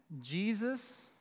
Jesus